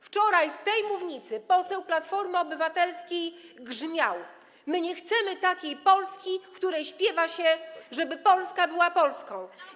Wczoraj z tej mównicy poseł Platformy Obywatelskiej grzmiał: My nie chcemy takiej Polski, w której śpiewa się, żeby Polska była Polską.